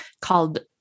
called